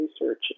research